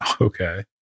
Okay